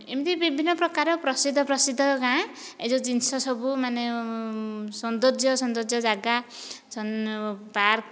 ଏମିତି ବିଭିନ୍ନ ପ୍ରକାର ପ୍ରସିଦ୍ଧ ପ୍ରସିଦ୍ଧ ଗାଆଁ ଏଇ ଯେଉଁ ଜିନିଷ ସବୁ ମାନେ ସୋନ୍ଦର୍ଯ୍ୟ ସୋନ୍ଦର୍ଯ୍ୟ ଜାଗା ସବୁ ପାର୍କ